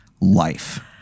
life